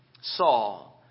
Saul